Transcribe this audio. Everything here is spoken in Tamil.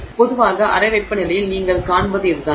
எனவே பொதுவாக அறை வெப்பநிலையில் நீங்கள் காண்பது இதுதான்